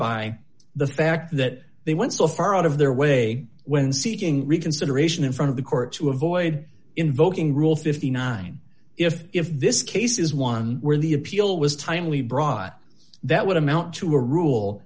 by the fact that they went so far out of their way when seeking reconsideration in front of the court to avoid invoking rule fifty nine dollars if if this case is one where the appeal was timely brought that would amount to a rule